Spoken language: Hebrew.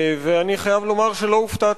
ואני חייב לומר שלא הופתעתי.